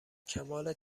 کمال